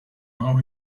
how